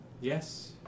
Yes